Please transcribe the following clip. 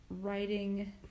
writing